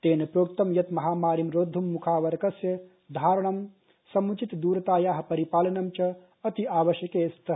तेनप्रोक्तंयत्महामारींरो द्धंम्खावरकस्यधारणं सम्चित दूरतायाःपरिपालनं च अति आवश्यकेस्तः